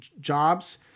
jobs